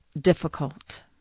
difficult